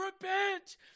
repent